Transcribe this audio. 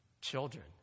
children